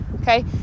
Okay